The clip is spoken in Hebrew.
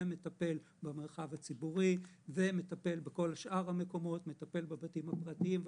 אחד מטפל במרחב הציבורי והשני בכל שאר המקומות ובבתים הפרטיים.